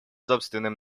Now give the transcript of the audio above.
собственной